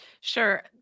sure